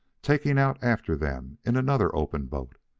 taking out after them in another open boat.